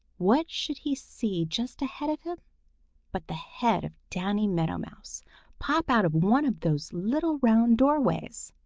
what should he see just ahead of him but the head of danny meadow mouse pop out of one of those little round doorways.